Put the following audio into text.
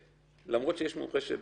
הייתה עוברת שוב את אותה חוויה.